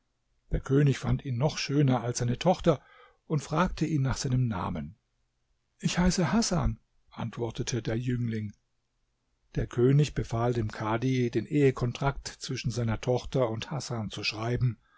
der könig fand ihn noch schöner als seine tochter und fragte ihn nach seinem namen ich heiße hasan antwortete der jüngling der könig befahl dem kadhi den ehekontrakt zwischen seiner tochter und hasan zu schreiben